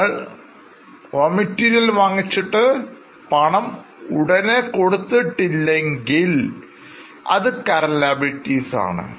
നിങ്ങൾ Raw Materilas വാങ്ങിച്ചിട്ട് പണം ഉടനെ കൊടുത്തിട്ടില്ലെങ്കിൽ എങ്കിൽ അത് Current Liabilities ആണ്